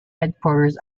headquarters